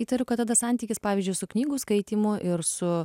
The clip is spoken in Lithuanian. įtariu kad tada santykis pavyzdžiui su knygų skaitymu ir su